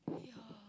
yeah